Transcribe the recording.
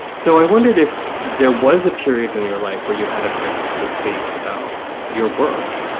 so i wondered if there was a period in your life where you had a crisis of faith about your work.